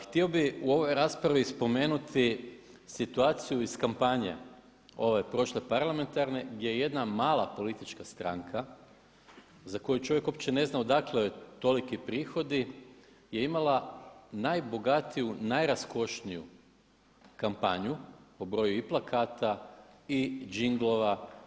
Htio bih u ovoj raspravi spomenuti situaciju iz kampanje ove prošle parlamentarne gdje je jedna mala politička stranka za koju čovjek uopće ne zna odakle joj toliki prihodi je imala najbogatiju, najraskošniju kampanju po broju i plakata i jinglova.